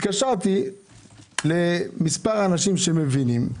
התקשרתי למספר אנשים שמבינים,